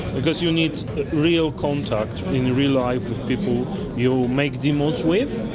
because you need real contact in real life with people you make demos with,